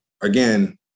again